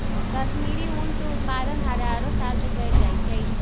कश्मीरी ऊन के उत्पादन हजारो साल से कएल जाइ छइ